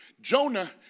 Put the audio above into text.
Jonah